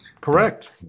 Correct